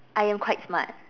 I am quite smart